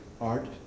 art